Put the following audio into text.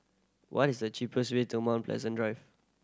what is the cheapest way to Mount Pleasant Drive